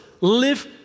live